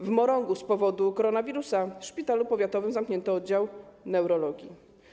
W Morągu z powodu koronawirusa w szpitalu powiatowym zamknięto oddział neurologii.